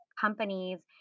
companies